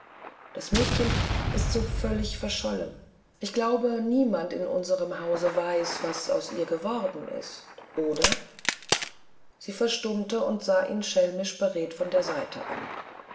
das mädchen ist so völlig verschollen ich glaube niemand in unserem hause weiß was aus ihr geworden ist oder sie verstummte und sah ihn schelmisch beredt von der seite an